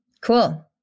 Cool